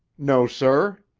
no, sir.